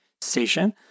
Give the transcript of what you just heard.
station